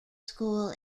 school